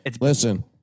Listen